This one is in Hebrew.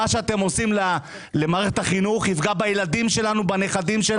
על מה שאתם עושים למערכת החינוך דבר שיפגע בילדים שלנו ובנכדים שלנו.